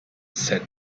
said